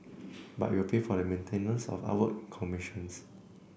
but it will pay for the maintenance of the artwork it commissions